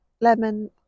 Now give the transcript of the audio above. Lemon